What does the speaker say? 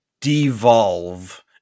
devolve